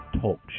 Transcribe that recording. Talk